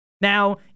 Now